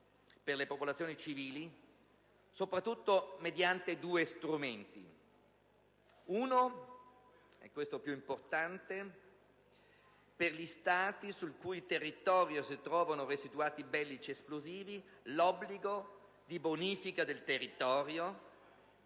per le popolazioni civili, soprattutto mediante due strumenti. Il primo, che è il più importante per gli Stati sul cui territorio si trovano residuati bellici esplosivi, prevede l'obbligo di bonifica del territorio